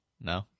No